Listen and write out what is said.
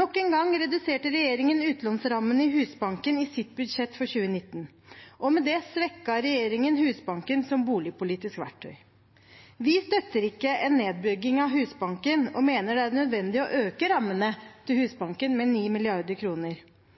Nok en gang reduserte regjeringen utlånsrammene i Husbanken i sitt budsjett for 2019, og med det svekket regjeringen Husbanken som boligpolitisk verktøy. Vi støtter ikke en nedbygging av Husbanken og mener det er nødvendig å øke Husbankens rammer med 9 mrd. kr. Vi økte derfor Husbankens låneramme til